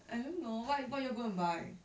I don't know what what hall gonna buy